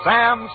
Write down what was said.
Sam